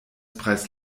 preis